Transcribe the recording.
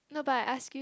no but I ask you